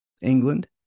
England